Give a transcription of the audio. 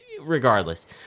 Regardless